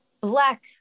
Black